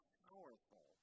powerful